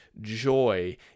joy